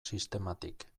sistematik